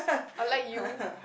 unlike you